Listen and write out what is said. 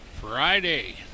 Friday